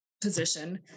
position